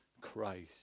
Christ